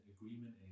agreement